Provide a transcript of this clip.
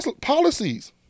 policies